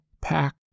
pack